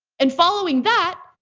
and following that,